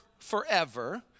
Forever